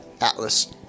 Atlas